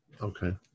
Okay